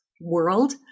world